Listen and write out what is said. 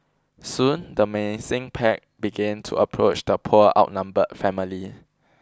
soon the menacing pack began to approach the poor outnumbered family